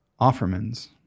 Offermans